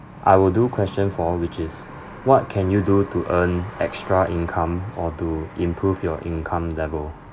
I will do question four which is what can you do to earn extra income or to improve your income level